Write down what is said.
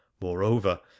Moreover